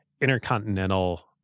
intercontinental